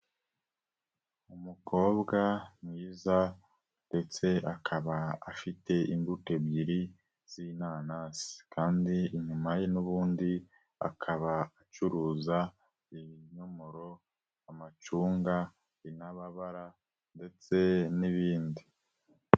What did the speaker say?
Umukobwa mwiza ndetse akaba afite imbuto ebyiri z'inanasi kandi inyuma ye n'ubundi akaba acuruza, ibinyomoro, amacunga, intababara ndetse n'ibindi.